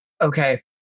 okay